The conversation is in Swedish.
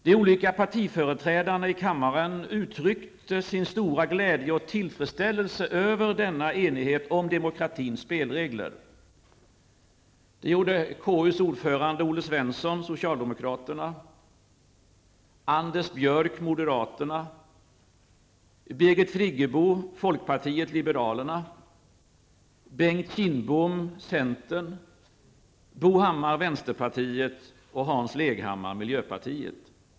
De olika partiföreträdarna uttryckte sin stora glädje och tillfredsställelse över denna enighet om demokratins spelregler. Det gjorde Kindbom, centern, Bo Hammar, vänsterpartiet, och Hans Leghammar, miljöpartiet.